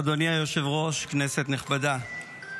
אדוני היושב-ראש, כנסת נכבדה,